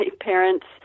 parents